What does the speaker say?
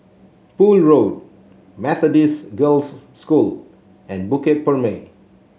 Poole Road Methodist Girls' School and Bukit Purmei